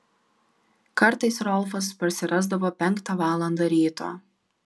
kartais rolfas parsirasdavo penktą valandą ryto